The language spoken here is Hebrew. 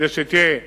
כדי שתהיה תחרות,